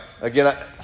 Again